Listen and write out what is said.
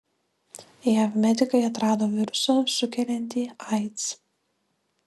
jav medikai atrado virusą sukeliantį aids